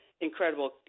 incredible